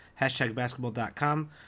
HashtagBasketball.com